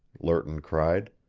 lerton cried.